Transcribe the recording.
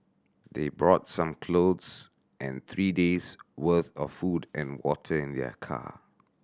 they brought some clothes and three days worth of food and water in their car